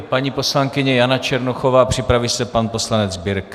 Paní poslankyně Jana Černochová, připraví se pan poslanec Birke.